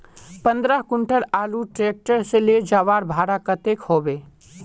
पंद्रह कुंटल आलूर ट्रैक्टर से ले जवार भाड़ा कतेक होबे?